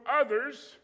others